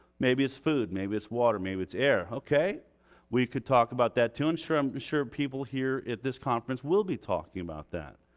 maybe it's food. maybe it's water. maybe it's air. okay we could talk about that too. and i'm sure people here at this conference will be talking about that.